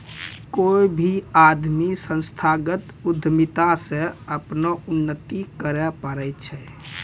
कोय भी आदमी संस्थागत उद्यमिता से अपनो उन्नति करैय पारै छै